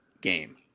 game